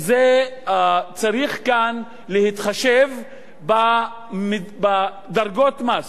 צריך כאן להתחשב בדרגות מס.